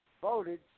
voted